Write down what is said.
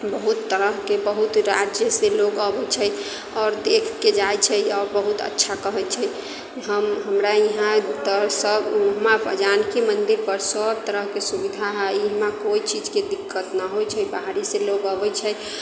बहुत तरहकेँ बहुत राज्य से लोग अबैत छै आओर देखिके जाइत छै आओर बहुत अच्छा कहैत छै हम हमरा इहाँ तऽ सभ माँ जानकी मन्दिर पर सभ तरहके सुविधा हइ इहाँ कोइ चीजके दिक्कत नहि होइत छै बाहरी से लोग अबैत छै